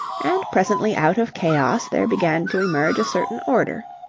and presently out of chaos there began to emerge a certain order.